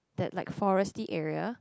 that like forestal area